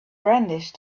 brandished